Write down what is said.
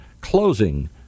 closing